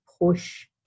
push